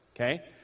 Okay